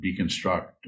deconstruct